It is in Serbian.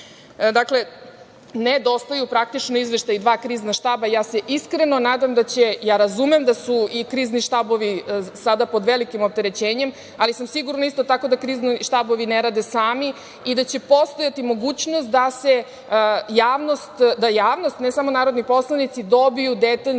nedostaju praktično izveštaji dva krizna štaba. Ja se iskreno nadam da će… Ja razumem da su i krizni štabovi sada pod velikim opterećenjem, ali sam sigurna isto tako da krizni štabovi ne rade sami i da će postojati mogućnost da javnost, ne samo narodni poslanici, dobiju detaljno